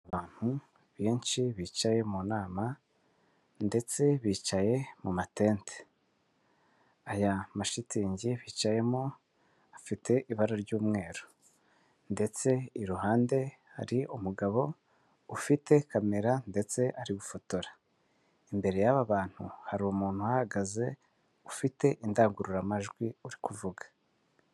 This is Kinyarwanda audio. Abantu benshi bicaye mu nama ndetse bicaye mu matente, aya mashitingi bicayemo afite ibara ry'umweru, ndetse iruhande hari umugabo ufite kamera, ndetse ari gufotora, imbere y'aba bantu hari umuntu uhagaze ufite indangururamajwi uri kuvuga.